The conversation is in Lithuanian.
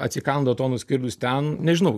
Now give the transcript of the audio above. atsikando to nuskridus ten nežinau